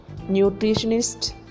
nutritionist